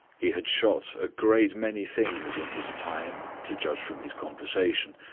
he had shot a great many things in his time, to judge from his conversation,